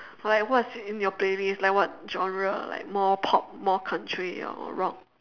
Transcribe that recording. like what is in your playlist like what genre like more pop more country or rock